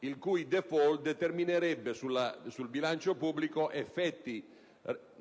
il cui *default* determinerebbe sul bilancio pubblico effetti